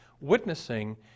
Witnessing